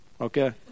okay